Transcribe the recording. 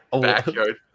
backyard